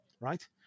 right